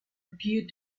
appeared